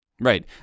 right